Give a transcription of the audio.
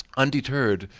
undeterred,